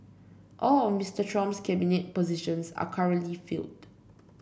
all of Mister Trump's cabinet positions are currently filled